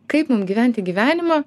kaip mum gyventi gyvenimą